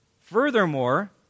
Furthermore